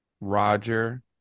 Roger